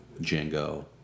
Django